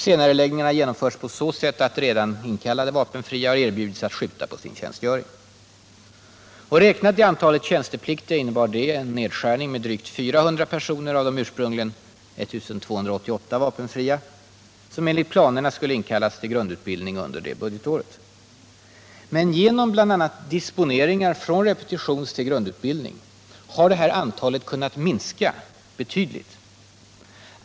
Åtgärden har genomförts på så sätt att redan inkallade vapenfria har erbjudits att senarelägga sin tjänstgöring. Räknat i antalet tjänstepliktiga innebär det en nedskärning med drygt 400 personer av ursprungligen 1288 vapenfria, som enligt planerna skulle inkallas till grundutbildning under det budgetåret. Men genom bl.a. disponeringar från repetitionstill grundutbildning har det här antalet kunnat minskas betydligt.